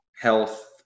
health